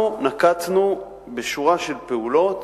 אנחנו נקטנו שורה של פעולות.